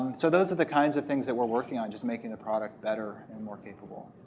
so those are the kinds of things that we're working on, just making the product better and more capable.